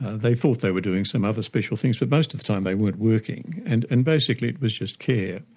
they thought they were doing some other special things, but most of the time they weren't working, and and basically it was just care.